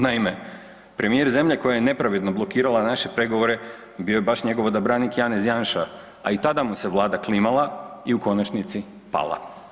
Naime, premijer zemlje koja je nepravedno blokirala naše pregovore bio je baš njegov odabranik Janez Janša, a i tada mu se vlada klimala i u konačnici pala.